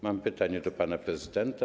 Mam pytanie do pana prezydenta.